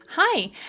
Hi